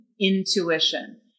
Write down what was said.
intuition